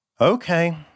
Okay